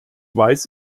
weiß